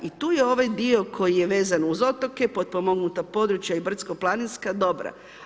I tu je ovaj dio koji je vezan uz otoke, potpomognuta područja i brdsko-planinska dobra.